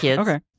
Okay